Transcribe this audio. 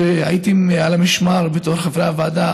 שהייתם על המשמר בתור חברי הוועדה.